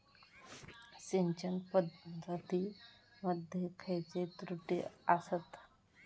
सिंचन पद्धती मध्ये खयचे त्रुटी आसत?